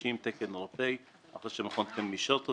חדשים בעלי תקן אירופי שאישר מכון התקנים זה